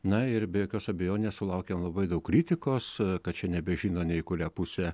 na ir be jokios abejonės sulaukė labai daug kritikos kad čia nebežino nei į kurią pusę